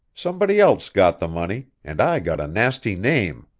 somebody else got the money, and i got a nasty name.